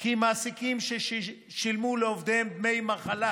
כי מעסיקים ששילמו לעובדיהם דמי מחלה